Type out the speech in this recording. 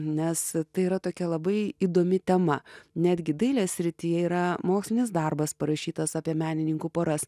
nes tai yra tokia labai įdomi tema netgi dailės srityje yra mokslinis darbas parašytas apie menininkų poras